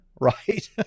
right